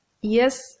yes